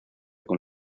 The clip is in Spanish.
con